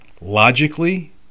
logically